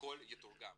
הכל יתורגם.